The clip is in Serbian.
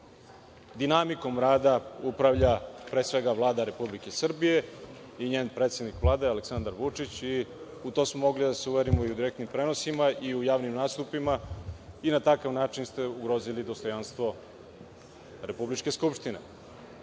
dinamikom rada upravlja pre svega Vlada Republike Srbije i njen predsednik Vlade, Aleksandar Vučić, a u to smo mogli da se uverimo i u direktnim prenosima i u javnim nastupima i na takav način ste ugrozili dostojanstvo republičke Skupštine. Druga